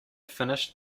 finished